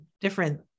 different